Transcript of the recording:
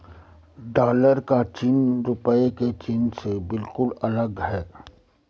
dollar का चिन्ह रूपए के चिन्ह से बिल्कुल अलग है